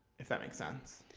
if that makes sense.